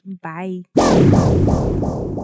bye